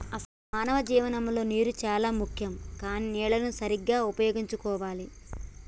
అసలు మానవ జీవితంలో నీరు చానా ముఖ్యం కానీ నీళ్లన్ను సరీగ్గా ఉపయోగించుకోవాలి